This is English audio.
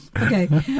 Okay